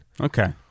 Okay